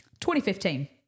2015